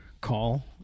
call